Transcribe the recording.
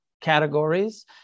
categories